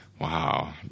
wow